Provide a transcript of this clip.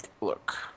look